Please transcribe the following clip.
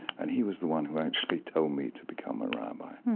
and he was the one who actually told me to become a rabbi.